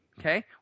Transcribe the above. Okay